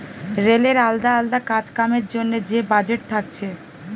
রেলের আলদা আলদা কাজ কামের জন্যে যে বাজেট থাকছে